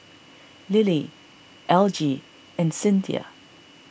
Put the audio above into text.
Lily Algie and Cinthia